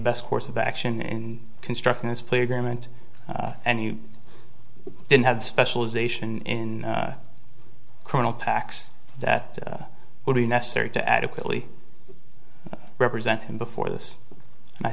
best course of action in constructing this plea agreement and he didn't have the specialization in criminal tax that would be necessary to adequately represent him before this